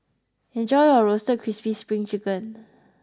enjoy your Roasted Crispy Spring Chicken